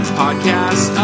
podcast